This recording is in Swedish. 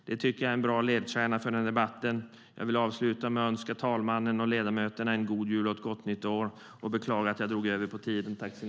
Det tycker jag är en bra ledstjärna för den här debatten. Jag vill avsluta med att önska herr talmannen och ledamöterna god jul och gott nytt år. Jag beklagar att jag drog ut på tiden.